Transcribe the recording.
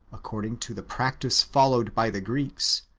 according to the practice followed by the greeks,